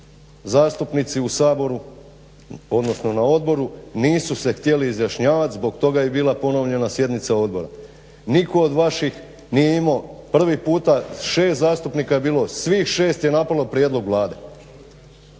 zastupnici u Saboru, odnosno na odboru nisu se htjeli izjašnjavati zbog toga jer bi bila ponovljena sjednica odbora. Nitko od vaših nije imao prvi puta 6 zastupnika je bilo, svih 6 je napalo prijedlog Vlade.